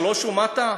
3 ומטה?